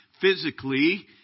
physically